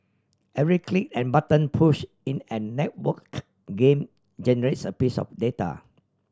every click and button push in an network game generates a piece of data